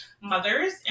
mothers